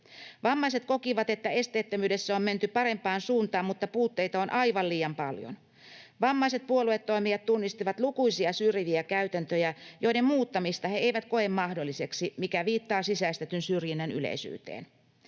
Vammaiset kokivat, että esteettömyydessä on menty parempaan suuntaan, mutta puutteita on aivan liian paljon. Vammaiset puoluetoimijat tunnistivat lukuisia syrjiviä käytäntöjä, joiden muuttamista he eivät koe mahdolliseksi, mikä viittaa sisäistetyn syrjinnän yleisyyteen.